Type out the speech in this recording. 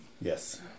Yes